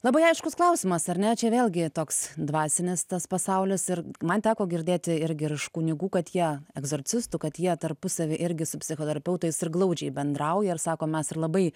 labai aiškus klausimas ar ne čia vėlgi toks dvasinis tas pasaulis ir man teko girdėti irgi ir iš kunigų kad jie egzorcistų kad jie tarpusavyje irgi su psichoterapeutais ir glaudžiai bendrauja ir sako mes ir labai